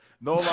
No